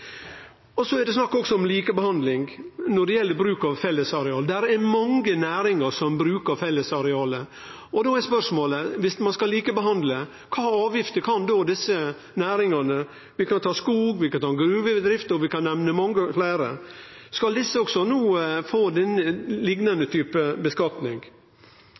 god. Så er det også snakk om likebehandling når det gjeld bruk av fellesareal. Det er mange næringar som brukar fellesarealet. Då er spørsmålet: Dersom ein skal likebehandle, kva for avgifter kan då desse næringane få – vi kan ta skog, vi kan ta gruvedrift, og vi kan nemne mange fleire? Skal desse også få liknande